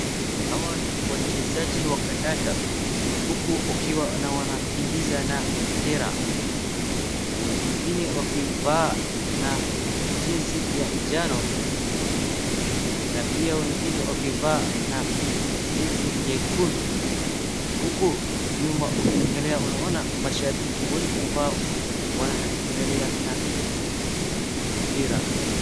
Hawa ni wachezaji wa kandanda, huku wakiwa wanakimbiza na mpira. Wengine wakivaa na jezi ya njano, na pia wengine wakivaa na jezi nyekundu. Huku nyuma ukiangalia, unaona mashabiki wengi ambao wanaangalia na mpira.